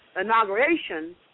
inauguration